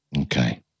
okay